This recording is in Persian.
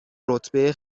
رتبه